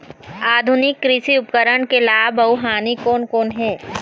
आधुनिक कृषि उपकरण के लाभ अऊ हानि कोन कोन हे?